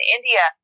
India